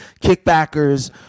kickbackers